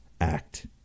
act